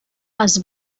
les